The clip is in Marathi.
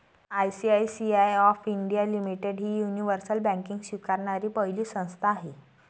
आय.सी.आय.सी.आय ऑफ इंडिया लिमिटेड ही युनिव्हर्सल बँकिंग स्वीकारणारी पहिली संस्था आहे